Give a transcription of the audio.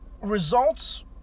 results